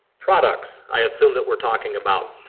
products i assume that we're talking about.